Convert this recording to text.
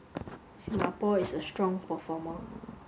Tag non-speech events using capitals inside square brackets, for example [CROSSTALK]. [NOISE] Singapore is a strong performer